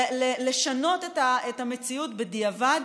לשנות את המציאות בדיעבד,